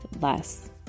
less